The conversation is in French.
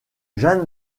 jeanne